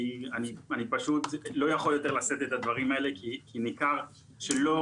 אני פשוט לא יכול יותר לשאת את הדברים האלה כי ניכר שלא